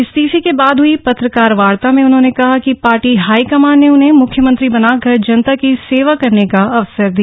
इस्तीफे के बाद हई पत्रकार वार्ता में उन्होंने कहा कि पार्टी हाईकमान ने उन्हें म्ख्यमंत्री बनाकर जनता की सेवा करने का अवसर दिया